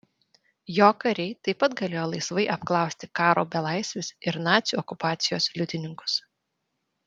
jo kariai taip pat galėjo laisvai apklausti karo belaisvius ir nacių okupacijos liudininkus